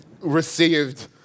received